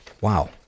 wow